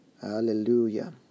Hallelujah